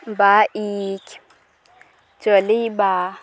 bike ଚଲେଇବା